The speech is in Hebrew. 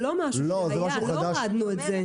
לא הורדנו את זה.